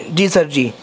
جی sir جی